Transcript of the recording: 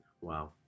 Wow